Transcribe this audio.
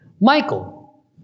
Michael